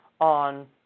on